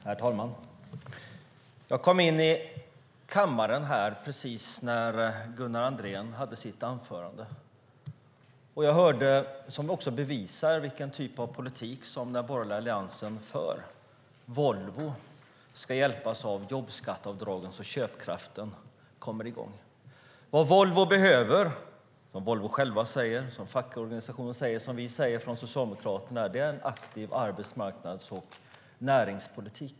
Herr talman! Jag kom in i kammaren när Gunnar Andrén höll sitt anförande. Jag hörde att Volvo ska hjälpas av jobbskatteavdragen och att köpkraften kommer i gång. Detta bevisar vilken typ av politik den borgerliga alliansen för. Vad Volvo behöver är - enligt Volvo självt, fackliga organisationer och oss från Socialdemokraterna - en aktiv arbetsmarknads och näringspolitik.